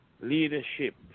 leadership